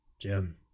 Jim